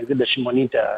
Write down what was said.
ingrida šimonytė